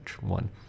one